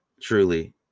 truly